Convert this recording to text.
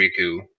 Riku